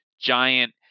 giant